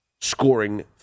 scoring